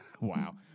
wow